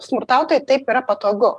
smurtautojui taip yra patogu